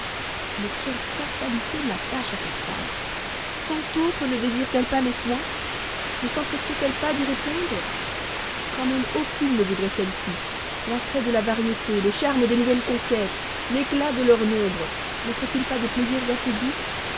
mais quelle fatalité m'attache à cette femme cent autres ne désirent elles pas mes soins ne sempresseront elles pas d'y répondre quand même aucune ne vaudrait celle-ci l'attrait de la variété le charme des nouvelles conquêtes l'éclat de leur nombre noffrent ils pas des plaisirs assez doux